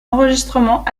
enregistrements